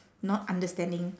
not understanding